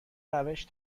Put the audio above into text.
روش